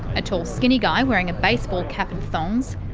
a tall skinny guy wearing a baseball cap and thongs,